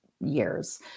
years